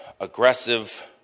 aggressive